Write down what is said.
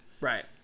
Right